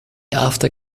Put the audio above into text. after